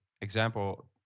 example